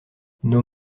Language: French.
nos